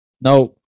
No